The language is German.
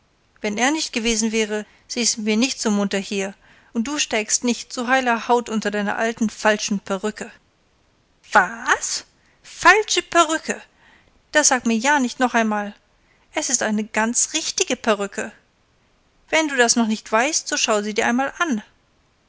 wenn er nicht gewesen wäre säßen wir nicht so munter hier und du stäkst nicht so heiler haut unter deiner alten falschen perücke was falsche perücke das sag mir ja nicht noch einmal es ist eine ganz richtige perücke wenn du das noch nicht weißt so schau sie dir einmal an